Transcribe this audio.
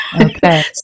Okay